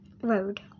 road